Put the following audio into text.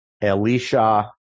Elisha